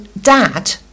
dad